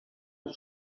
als